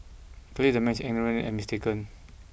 clearly the man is ignorant and mistaken